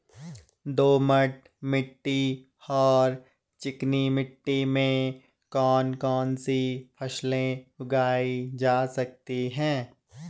दोमट मिट्टी और चिकनी मिट्टी में कौन कौन सी फसलें उगाई जा सकती हैं?